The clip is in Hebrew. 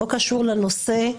לא קשור לנושא.